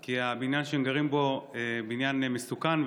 כי הבניין שהם גרים בו הוא בניין מסוכן,